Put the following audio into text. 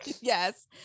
yes